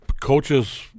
Coaches